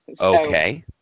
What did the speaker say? Okay